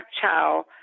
child